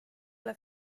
ole